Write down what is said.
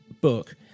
book